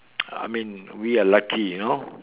I mean we are lucky you know